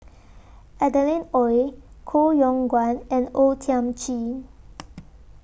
Adeline Ooi Koh Yong Guan and O Thiam Chin